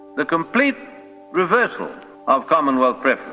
the complete reversal of commonwealth preference.